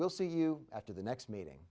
we'll see you after the next meeting